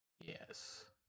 Yes